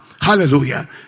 Hallelujah